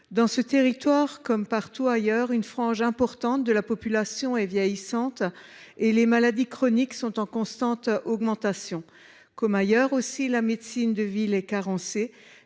Dans ce territoire, comme partout ailleurs, une frange importante de la population est vieillissante et les maladies chroniques sont en constante augmentation. Comme ailleurs encore, la médecine de ville est carencée.